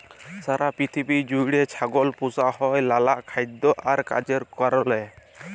সারা পিথিবী জুইড়ে ছাগল পুসা হ্যয় লালা খাইদ্য আর কাজের কারলে